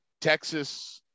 Texas